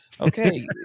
okay